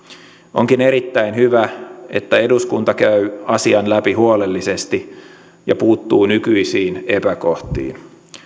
onkin erittäin hyvä että eduskunta käy asian läpi huolellisesti ja puuttuu nykyisiin epäkohtiin